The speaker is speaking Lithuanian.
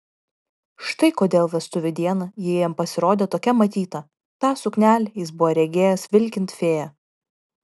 štai kodėl vestuvių dieną ji jam pasirodė tokia matyta tą suknelę jis buvo regėjęs vilkint fėją